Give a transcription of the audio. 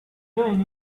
join